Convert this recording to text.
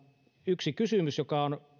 yksi kysymys joka on